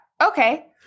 okay